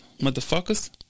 motherfuckers